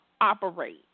operate